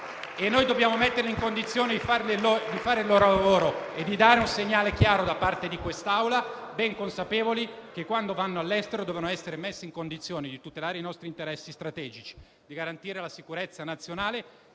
Dobbiamo metterli in condizione di svolgere il loro lavoro e dare un segnale chiaro da parte di quest'Assemblea, ben consapevoli che, quando vanno all'estero, i nostri militari devono essere messi in condizione di tutelare i nostri interessi strategici, di garantire la sicurezza nazionale